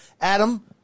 Adam